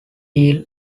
deal